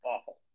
awful